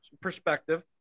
perspective